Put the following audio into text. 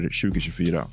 2024